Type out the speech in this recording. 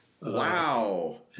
Wow